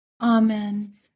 Amen